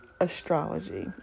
astrology